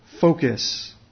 focus